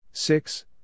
Six